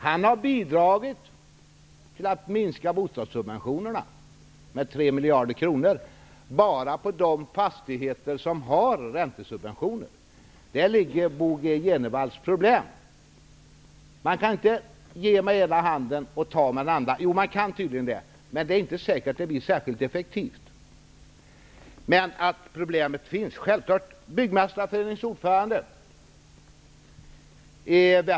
Han har bidragit till att bostadssubventionerna minskats med 3 miljarder kronor bara på de fastigheter som har räntesubventioner. Däri ligger Bo G Jenevalls problem. Tydligen kan man ge med ena handen och ta med den andra. Men det är inte säkert att det blir så effektivt. Självfallet finns det problem.